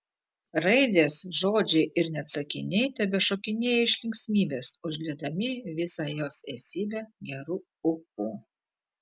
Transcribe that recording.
raidės žodžiai ir net sakiniai tebešokinėjo iš linksmybės užliedami visą jos esybę geru ūpu